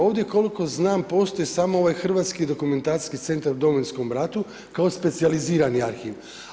Ovdje koliko znam postoji samo ovaj Hrvatski dokumentacijski centar u Domovinskom ratu kao specijalizirani arhiv.